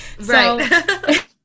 Right